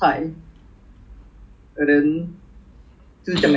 breakfast is like that bread and some other 料